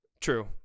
True